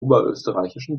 oberösterreichischen